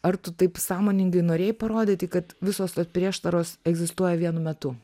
ar tu taip sąmoningai norėjai parodyti kad visos tos prieštaros egzistuoja vienu metu